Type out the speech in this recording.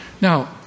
Now